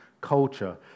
culture